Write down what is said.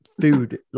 food